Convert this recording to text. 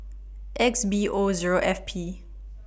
X B O Zero F P